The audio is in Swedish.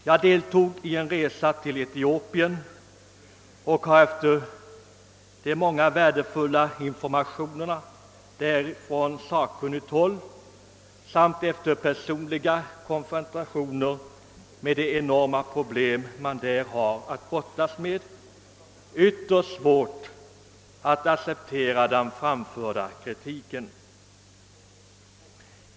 Jag deltog i en resa till Etiopien och har efter de många värdefulla informa tionerna där från sakkunnigt håll samt efter personliga konfrontationer med de enorma problem som man där har att brottas med ytterst svårt att acceptera den framförda kritiken.